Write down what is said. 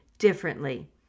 Differently